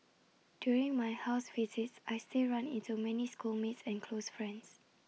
during my house visits I still run into many schoolmates and close friends